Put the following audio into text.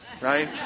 right